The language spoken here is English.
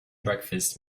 breakfast